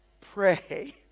pray